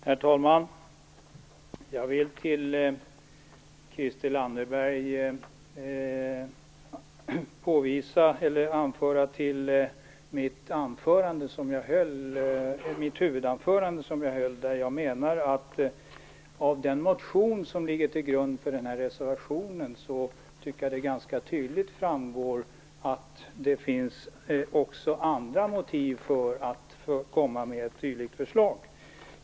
Herr talman! Jag vill hänvisa Christel Anderberg till det huvudanförande som jag höll, där jag menar att det av den motion som ligger till grund för den här reservationen ganska tydligt framgår att det också finns andra motiv för att komma med ett dylikt förslag.